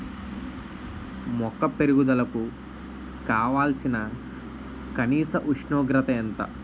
మొక్క పెరుగుదలకు కావాల్సిన కనీస ఉష్ణోగ్రత ఎంత?